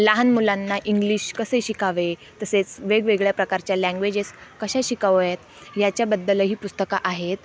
लहान मुलांना इंग्लिश कसे शिकावे तसेच वेगवेगळ्या प्रकारच्या लँग्वेजेस कशा शिकाव्यात याच्याबद्दलही पुस्तकं आहेत